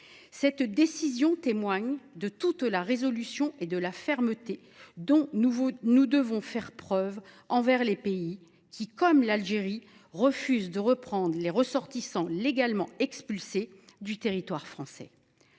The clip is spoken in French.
Cette décision témoigne de la résolution et de la fermeté dont nous devons faire preuve envers les pays qui, comme l’Algérie, refusent de reprendre les ressortissants légalement expulsés du territoire français.